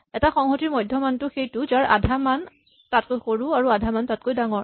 এটা সংহতিৰ মধ্যমানটো সেইটো যাৰ আধা মান তাতকৈ সৰু আৰু আধা মান তাতকৈ ডাঙৰ